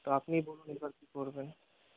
তো আপনি বলুন এবার কী করবেন